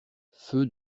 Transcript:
feu